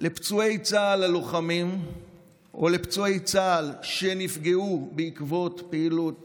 לפצועי צה"ל הלוחמים או שנפגעו בעקבות פעילות